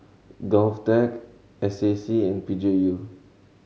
GovTech S A C and P G U